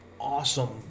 awesome